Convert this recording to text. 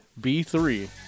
B3